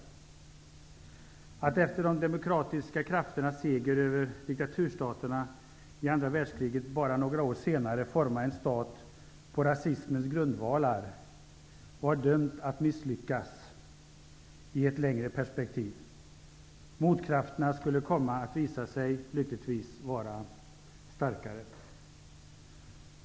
Att bara några år efter de demokratiska krafternas seger över diktaturstaterna i andra världskriget forma en stat på rasismens grundvalar var dömt att misslyckas i ett längre perspektiv. Motkrafterna skulle lyckligtvis visa sig starkare.